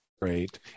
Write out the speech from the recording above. Great